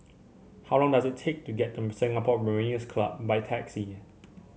how long does it take to get to Singapore Mariners' Club by taxi